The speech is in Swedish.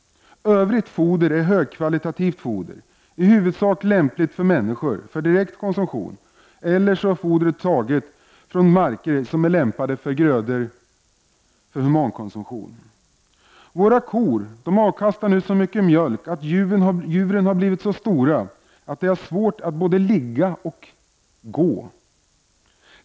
Övrigt foder är högkvalitativt foder som i huvudsak är lämpligt för människor för direktkonsumtion eller också är fodret taget från marker som är lämpade för grödor för humankonsumtion. Våra kor avkastar nu så mycket mjölk att juvren har blivit så stora att korna har svårt att ligga och gå.